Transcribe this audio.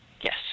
Yes